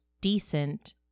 Decent